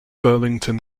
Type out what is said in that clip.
burlington